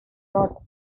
not